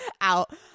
out